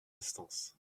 instance